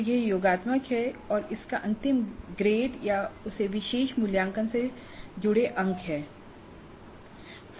तो यह योगात्मक है और इसका अंतिम ग्रेड या उस विशेष मूल्यांकन से जुड़े अंक हैं